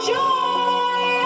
joy